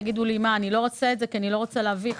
אני לא אעשה את זה, כי אני לא רוצה להביך.